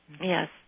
Yes